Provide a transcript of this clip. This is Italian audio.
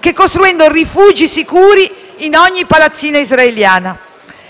che costruendo rifugi sicuri in ogni palazzina israeliana.